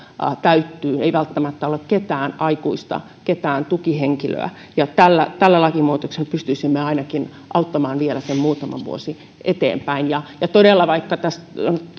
täyttyy ja ei välttämättä ole ketään aikuista ketään tukihenkilöä tällä tällä lakimuutoksella pystyisimme auttamaan ainakin muutaman vuoden vielä eteenpäin todella vaikka